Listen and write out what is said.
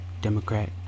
Democrat